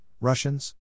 Russians